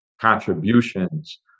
contributions